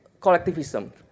collectivism